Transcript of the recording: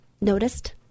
noticed